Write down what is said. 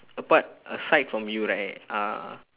apart aside from you right uh